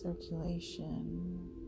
circulation